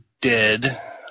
dead